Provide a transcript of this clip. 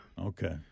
Okay